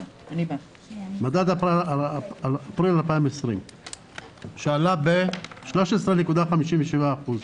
מדד אפריל 2020 שעלה ב-13.57%.